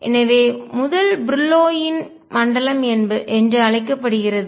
எனவே இது முதல் பிரில்லோயின் மண்டலம் என்று அழைக்கப்படுகிறது